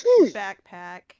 backpack